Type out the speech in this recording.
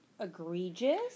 egregious